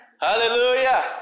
Hallelujah